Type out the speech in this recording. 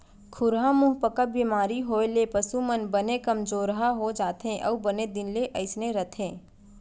खुरहा मुहंपका बेमारी होए ले पसु मन बने कमजोरहा हो जाथें अउ बने दिन ले अइसने रथें